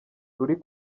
ruri